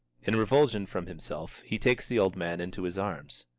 in revulsion from himself, he takes the old man into his arms.